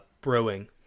brewing